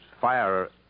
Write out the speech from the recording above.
fire